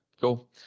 cool